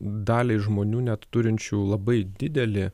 daliai žmonių net turinčių labai didelį